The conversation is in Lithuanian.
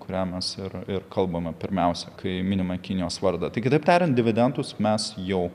kurią mes ir ir kalbame pirmiausia kai minime kinijos vardą tik kitaip tariant dividentus mes jau